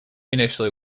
initially